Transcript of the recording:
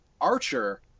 Archer